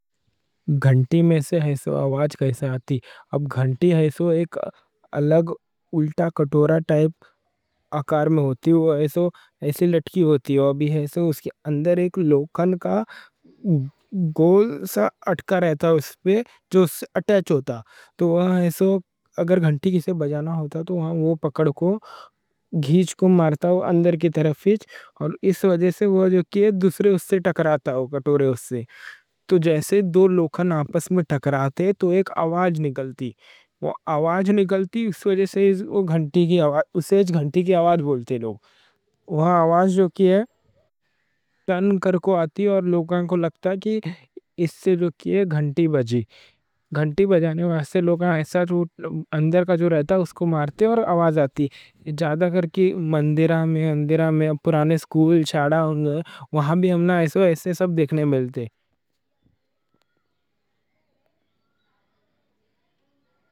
گھنٹی میں سے آواز کیسے آتی؟ اب گھنٹی ایک الگ الٹا کٹورا ٹائپ آکار میں ہوتی۔ وہ ایسے لٹکی ہوتی، وہ بھی ایسے۔ اس کے اندر ایک لوکن کا گول سا اٹکا رہتا، اس پہ جو اس سے اٹیچ ہوتا۔ تو وہ ایسے، اگر گھنٹی کیسے بجانا ہوتا تو وہاں وہ پکڑ کوں، گھیچ کوں مارتا، وہ اندر کی طرف پہنچ۔ اور اس وجہ سے وہ جو کی دوسرے اس سے ٹکراتا، وہ کٹورے اس سے۔ تو جیسے دو لوکن آپس میں ٹکراتے تو ایک آواز نکلتی۔ وہ آواز نکلتی اس وجہ سے، اس گھنٹی کی آواز؛ اسے گھنٹی کی آواز بولتے لوگاں وہاں۔ آواز جو کی ہے ٹن کر کوں آتی اور لوگاں کوں لگتا کہ اس سے جو کی ہے گھنٹی بجی۔ گھنٹی بجانے واسے لوگاں ایسا اندر کا جو رہتا، اس کوں مارتے اور آواز آتی۔ زیادہ کر کے مندرا میں، پرانے اسکول شاڑا، وہاں بھی ہمنا اس سے سب دیکھنے ملتے۔